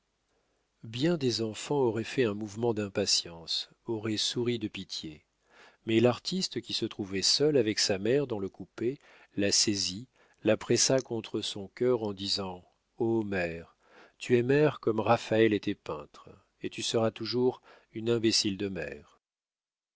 bien des enfants auraient fait un mouvement d'impatience auraient souri de pitié mais l'artiste qui se trouvait seul avec sa mère dans le coupé la saisit la pressa contre son cœur en disant o mère tu es mère comme raphaël était peintre et tu seras toujours une imbécile de mère